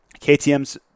KTM's